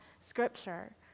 scripture